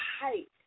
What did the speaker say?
height